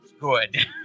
good